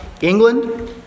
England